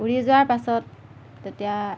উৰি যোৱাৰ পাছত তেতিয়া